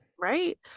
Right